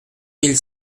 mille